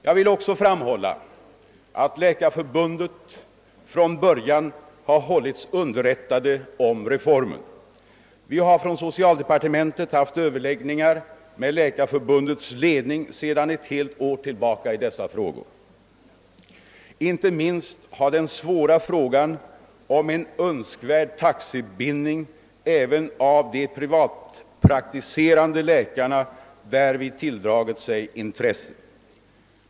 Jag vill också framhålla att Läkarförbundet från början har hållits underrättat om reformen. Vi har inom socialdepartementet haft överläggningar med Läkarförbundets ledning sedan ett helt år tillbaka i dessa frågor. Inte minst har den svåra frågan om en önskvärd taxebindning även av de privatpraktiserande läkarna därvid tilldragit sig intresse.